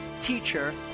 teacher